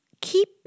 keep